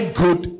good